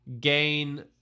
gain